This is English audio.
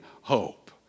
hope